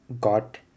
got